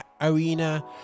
arena